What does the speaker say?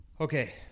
Okay